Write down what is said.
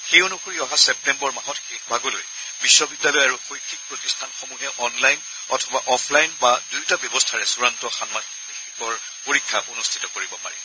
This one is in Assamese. সেই অনুসৰি অহা ছেপ্তেম্বৰ মাহৰ শেষভাগলৈ বিশ্ববিদ্যালয় আৰু শৈক্ষিক প্ৰতিষ্ঠানসমূহে অনলাইন অথবা অফলাইন বা দুয়োটা ব্যৱস্থাৰে চূড়ান্ত যাণ্মাসিকৰ পৰীক্ষা অনুষ্ঠিত কৰিব পাৰিব